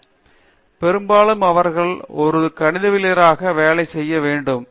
பேராசிரியர் தீபா வெங்கடேஷ் பெரும்பாலும் அவர்கள் ஒரு கணிதவியலாளராக வேலை செய்ய வேண்டும்